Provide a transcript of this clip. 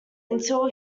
until